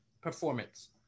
Performance